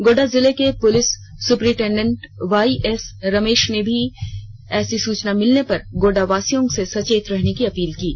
गोड्डा जिला के police superintendent Y S Ramesh ने भी ऐसी सूचना मिलने पर गोड्डा वासियों से सचेत रहने की अपील की है